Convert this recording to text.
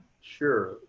Sure